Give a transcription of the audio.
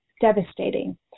devastating